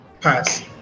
Pass